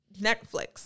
Netflix